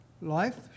life